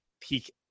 peak